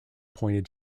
pointed